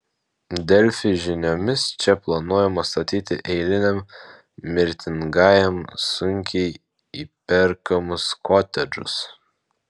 delfi žiniomis čia planuojama statyti eiliniam mirtingajam sunkiai įperkamus kotedžus